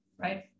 right